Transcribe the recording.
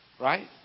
right